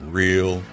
real